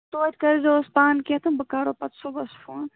تویتہِ کٔرۍزیوس پانہٕ کیٚنٛہہ تہٕ بہٕ کَرو پتہٕ صُبحَس فون